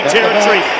Territory